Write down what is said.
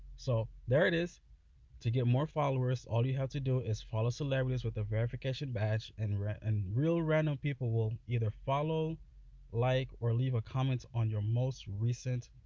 so there it is to get more followers all you have to do is follow celebrities with a verification badge and real and real random people will either follow like or leave a comments on your most recent?